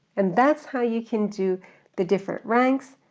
and that's how you can do the different ranks,